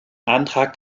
antrag